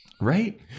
Right